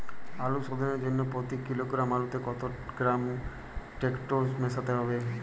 আলু শোধনের জন্য প্রতি কিলোগ্রাম আলুতে কত গ্রাম টেকটো মেশাতে হবে?